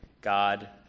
God